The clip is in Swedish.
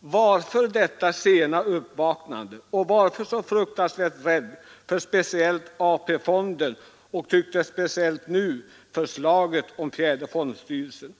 Varför detta sena uppvaknande och varför en så fruktansvärd rädsla för speciellt AP-fonden 157 och speciellt, tycks det, den föreslagna fjärde fondstyrelsen?